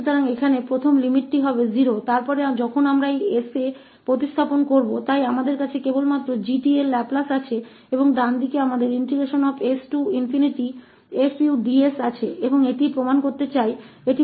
तो यहाँ पहली बार सीमा 0 हो सकता है और तो जब हम इस 𝑠 स्थानापन्न करते है तो हमारे पास है बस 𝑔 𝑡 की लाप्लास और दाहिने हाथ की ओर हमारे पास है s𝐹𝑑s और इस का परिणाम हम साबित करना चाहते हैं